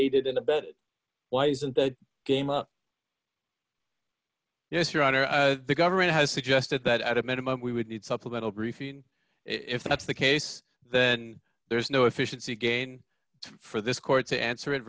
aided and abetted why isn't the game up yes your honor the government has suggested that at a minimum we would need supplemental briefing if that's the case then there's no efficiency gain for this court to answer it